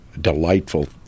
delightful